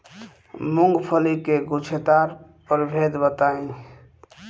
मूँगफली के गूछेदार प्रभेद बताई?